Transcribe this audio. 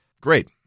great